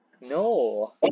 No